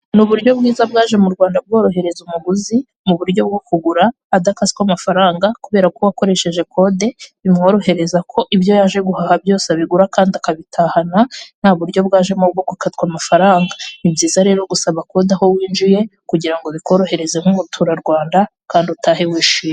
Ni uburyo bwiza bwaje mu Rwanda bworohereze umuguzi mu buryo bwo kugura adakaswe amafaranga kuberako uwakoresheje kode bimworohereza ko ibyo yaje guhaha byose abigura kandi akabitahana nta buryo bwajemo bwo gukatwa amafaranga ni byiza rero usaba kode aho wanjiye kugirango bikorehereze nk'umunyarwanda kandi ugataha wishimye.